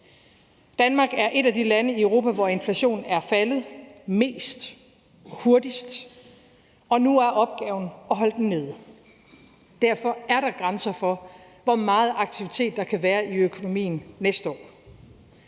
Danmark er et af de lande i Europa, hvor inflationen er faldet mest og hurtigst, og nu er opgaven at holde den nede. Derfor er der grænser for, hvor meget aktivitet der kan være i økonomien næste år.